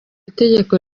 itegeko